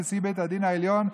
נשיא בית הדין העליון,